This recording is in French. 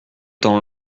temps